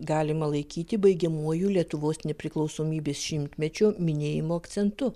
galima laikyti baigiamuoju lietuvos nepriklausomybės šimtmečio minėjimo akcentu